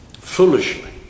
foolishly